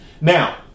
Now